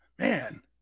Man